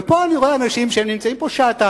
ופה אני רואה אנשים שנמצאים פה שעתיים